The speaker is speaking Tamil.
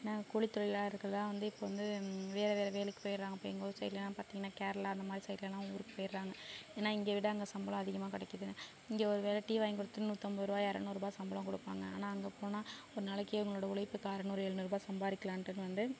ஏன்னா கூழித்தொழிலாளர்களாக வந்து இப்போ வந்து வேற வேற வேலைக்கு போய்ட்றாங்க இப்போ எங்க ஊர் சைடுலலாம் பார்த்திங்கனா கேரளா அந்த மாதிரி சைடுலலாம் ஊருக்கு போய்ட்றாங்க ஏன்னா இங்கே விட அங்கே சம்பளம் அதிகமாக கிடைக்குதுனு இங்கே ஒரு வேலை டீ வாங்கி கொடுத்துட்டு நூற்றம்பது ரூபாய் இரநூறு ரூபாய் சம்பளம் கொடுப்பாங்க ஆனால் அங்கே போனால் ஒரு நாளைக்கு உங்களோடய உழைப்புக்கு அறுநூறு எழுநூறு ருபாய் சம்பாதிக்குலான்டு வந்து